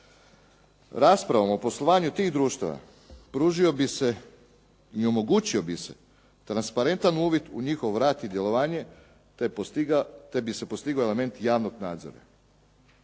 Raspravom o poslovanju tih društava pružio bi se i omogućio bi se transparentan uvid u njihov rad i djelovanje te bi se postigao element javnog nadzora.